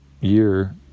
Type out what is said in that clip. year